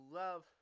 love